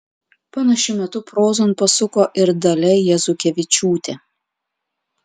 panašiu metu prozon pasuko ir dalia jazukevičiūtė